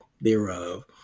thereof